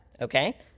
Okay